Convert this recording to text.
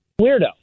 weirdo